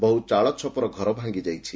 ବହ୍ର ଚାଳଛପର ଘର ଭାଙ୍ଗିଯାଇଛି